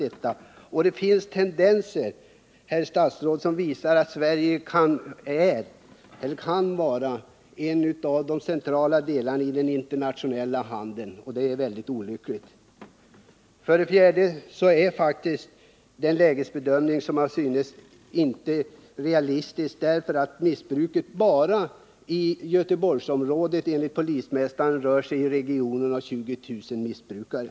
Det finns tendenser, herr statsråd, som pekar på att Sverige kan vara ett av de centrala länderna i den internationella handeln, och det är väldigt olyckligt. För det fjärde är den lägesbedömning som gjorts av regeringen inte realistisk. Enligt polismästaren i Göteborg rör det sig nämligen bara inom Göteborgsområdet om 20 000 missbrukare.